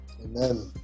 Amen